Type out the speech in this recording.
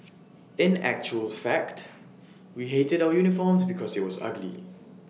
in actual fact we hated our uniforms because IT was ugly